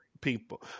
people